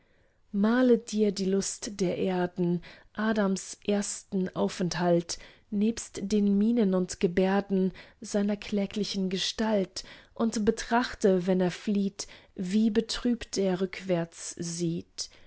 male dir die lust der erden adams ersten aufenthalt nebst den mienen und gebärden seiner kläglichen gestalt und betrachte wenn er flieht wie betrübt er rückwärts sieht